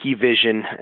Vision